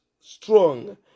strong